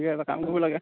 এতিয়া এটা কাম কৰিব লাগে